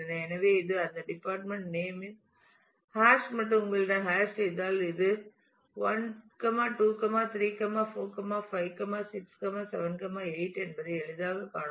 எனவே இது அந்த டிபார்ட்மெண்ட் நேம் இன் ஹாஷ் மற்றும் உங்களிடம் ஹேஷ் செய்தால் இது 1 2 3 4 5 6 7 8 என்பதை எளிதாகக் காணலாம்